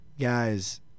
guys